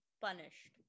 punished